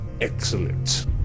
Excellent